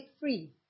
free